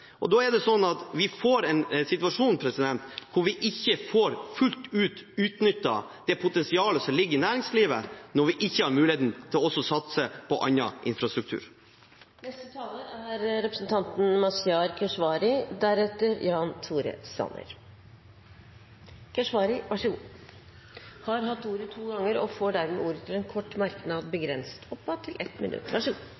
Vi får en situasjon hvor vi ikke fullt ut får utnyttet det potensialet som ligger i næringslivet, når vi ikke har muligheten til også å satse på annen infrastruktur. Representanten Mazyar Keshvari har hatt ordet to ganger tidligere og får ordet til en kort merknad, begrenset til 1 minutt.